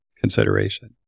consideration